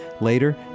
Later